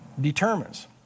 determines